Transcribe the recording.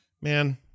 Man